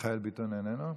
מיכאל ביטון איננו?